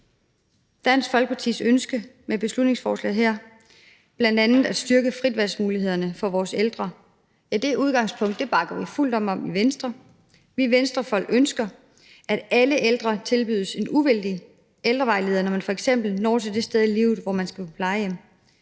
Dansk Folkepartis ønske med beslutningsforslaget her er bl.a. at styrke fritvalgsmulighederne for vores ældre. Det udgangspunkt bakker vi fuldt op om i Venstre. Vi Venstrefolk ønsker, at alle ældre tilbydes en uvildig ældrevejleder, når man f.eks. når til det sted i livet, hvor man skal på plejehjem.